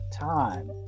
time